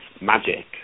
magic